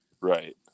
right